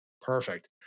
perfect